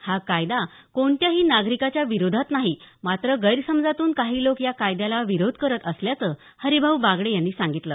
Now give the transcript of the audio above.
हा कायदा कोणत्याही नागरिकाच्या विरोधात नाही मात्र गैरसमजातून काही लोक या कायद्याला विरोध करत असल्याचं हरिभाऊ बागडे यांनी सांगितलं